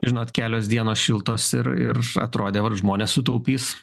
žinot kelios dienos šiltos ir ir atrodė vat žmonės sutaupys